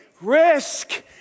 risk